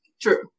True